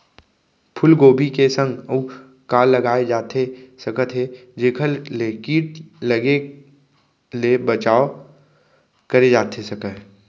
फूलगोभी के संग अऊ का लगाए जाथे सकत हे जेखर ले किट लगे ले बचाव करे जाथे सकय?